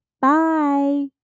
Bye